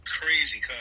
crazy